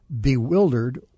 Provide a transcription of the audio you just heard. bewildered